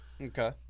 Okay